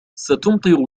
ستمطر